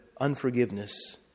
unforgiveness